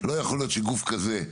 להיות שגוף כזה,